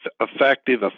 effective